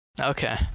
Okay